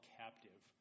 captive